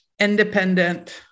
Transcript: independent